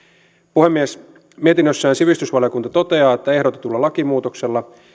puhemies mietinnössään sivistysvaliokunta toteaa että ehdotetulla lakimuutoksella